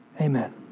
Amen